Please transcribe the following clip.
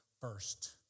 first